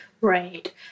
right